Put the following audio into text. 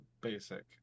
basic